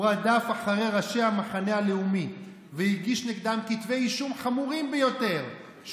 הוא רדף אחרי ראשי המחנה הלאומי והגיש נגדם כתבי אישום חמורים ביותר,